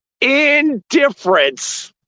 indifference